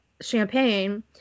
champagne